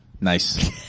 nice